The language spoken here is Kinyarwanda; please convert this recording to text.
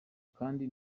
kandi